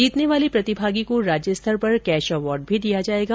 जीतने वाले प्रतिभागी को राज्य स्तर पर कैश अवार्ड भी दिया जाएगा